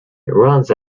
runs